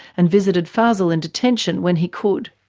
and visited fazel in detention when he could.